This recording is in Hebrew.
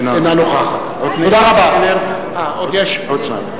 אינה נוכחת עתניאל שנלר,